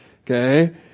Okay